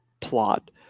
plot